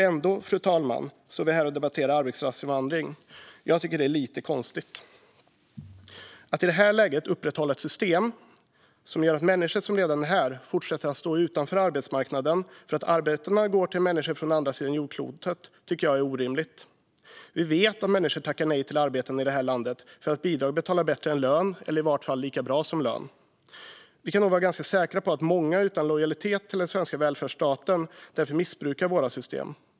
Ändå står vi här och debatterar arbetskraftsinvandring. Jag tycker att det är lite konstigt. Att i detta läge upprätthålla ett system som gör att människor som redan är här fortsätter att stå utanför arbetsmarknaden för att jobben går till människor från andra sidan jordklotet är orimligt. Vi vet att människor i Sverige tackar nej till arbeten för att bidrag ger mer än lön eller i varje fall lika mycket som lön. Vi kan nog vara ganska säkra på att många utan lojalitet till den svenska välfärdsstaten därför missbrukar våra system.